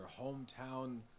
hometown